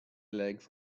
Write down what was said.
legs